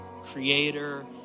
creator